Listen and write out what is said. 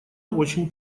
очень